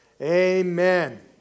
amen